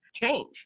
change